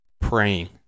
praying